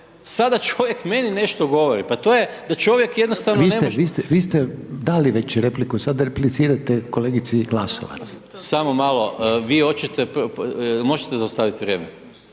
sada čovjek meni nešto govori, pa to je da čovjek jednostavno ne može … …/Upadica Reiner: Vi ste dali već repliku, sad replicirate kolegici Glasovac./… Samo malo, vi hoćete, možete zaustaviti vrijeme?